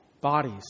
bodies